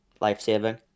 life-saving